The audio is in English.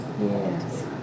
Yes